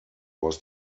was